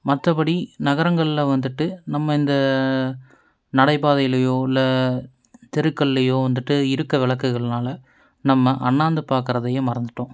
மற்றபடி நகரங்கள்ல வந்துட்டு நம்ம இந்த நடைபாதையிலையோ இல்லை தெருக்கள்லையோ வந்துட்டு இருக்க விளக்குகள்னால நம்ம அண்ணாந்து பார்க்கறதையே மறந்துட்டோம்